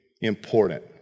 important